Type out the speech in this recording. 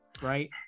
right